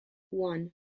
one